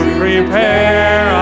prepare